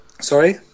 Sorry